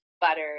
butter